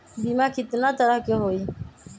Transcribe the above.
बीमा केतना तरह के होइ?